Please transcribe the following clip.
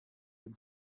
dem